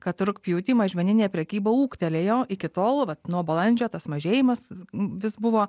kad rugpjūtį mažmeninė prekyba ūgtelėjo iki tol vat nuo balandžio tas mažėjimas vis buvo